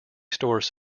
stores